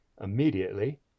Immediately